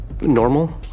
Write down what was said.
Normal